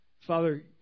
Father